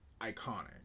iconic